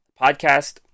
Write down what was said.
podcast